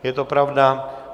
Je to pravda.